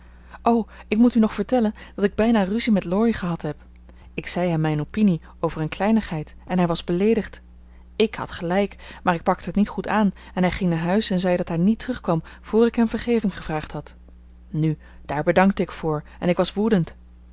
o ik moet u nog vertellen dat ik bijna ruzie met laurie gehad heb ik zei hem mijn opinie over een kleinigheid en hij was beleedigd ik had gelijk maar ik pakte het niet goed aan en hij ging naar huis en zei dat hij niet terugkwam voor ik hem vergeving gevraagd had nu daar bedankte ik voor en ik was woedend